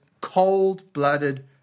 cold-blooded